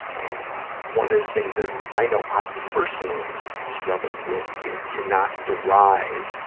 and, one of the things that i know i personally have struggled with is to not derive,